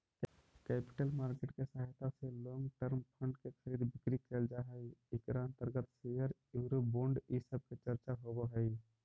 capital market के सहायता से लोंग टर्म फंड के खरीद बिक्री कैल जा हई इकरा अंतर्गत शेयर यूरो बोंड इ सब के चर्चा होवऽ हई